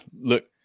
look